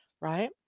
right